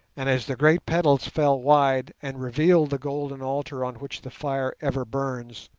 and as the great petals fell wide and revealed the golden altar on which the fire ever burns,